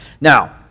Now